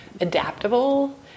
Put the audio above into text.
adaptable